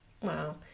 Wow